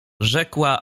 rzekła